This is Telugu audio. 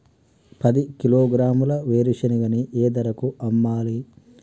పది కిలోగ్రాముల వేరుశనగని ఏ ధరకు అమ్మాలి?